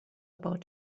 about